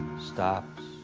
stops.